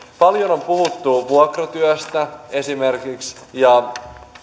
paljon on puhuttu vuokratyöstä esimerkiksi ja